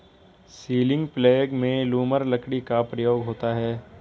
ceiling प्लेग में लूमर लकड़ी का प्रयोग होता है